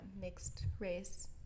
mixed-race